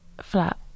flat